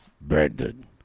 Brandon